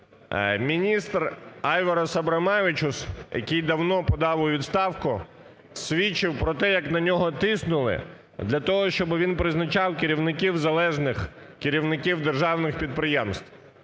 Міністр Айварас Абромавичус, який давно подав у відставку, свідчив про те, як на нього тиснули, для того щоб він призначав керівників, залежних керівників державних підприємств.